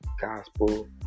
gospel